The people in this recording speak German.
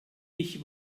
ich